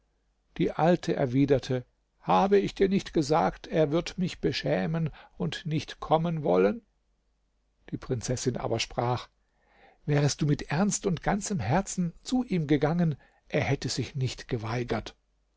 die alte erwiderte habe ich dir nicht gesagt er wird mich beschämen und nicht kommen wollen die prinzessin aber sprach wärest du mit ernst und ganzem herzen zu ihm gegangen er hätte sich nicht geweigert